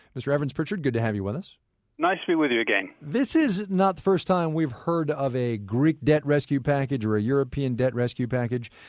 mr. evans-pritchard, good to have you with us nice to be with you again this is not the first time that we've heard of a greek debt rescue package or a european debt rescue package.